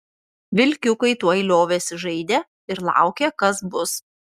vilkiukai tuoj liovėsi žaidę ir laukė kas bus